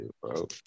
bro